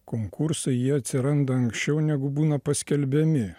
konkursai jie atsiranda anksčiau negu būna paskelbiami